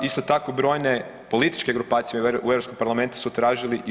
Isto tako brojne političke grupacije u Europskom parlamentu su tražili i 65%